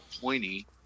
pointy